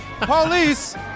Police